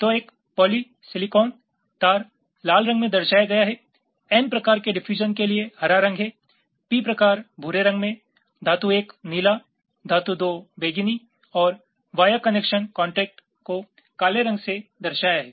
तो एक पॉलीसिलिकॉन तार लाल रंग में दर्शाया गया है n प्रकार के डिफयूजन के लिए हरा रंग है p प्रकार भूरे रंग में धातु 1 नीला धातु 2 बैंगनी और via connection contact Via's connection contact को काले रंग से दर्शाया हैं